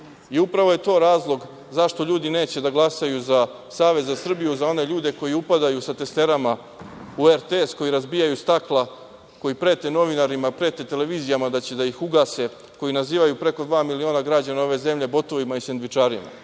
je to razlog zašto ljudi neće da glasaju za Savez za Srbiju, za one ljude koji upadaju sa testerama u RTS, koji razbijaju stakla, koji prete novinarima, prete televizijama da će da ih ugase, koji nazivaju preko dva miliona građana ove zemlje botovima i sendvičarima.